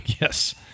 Yes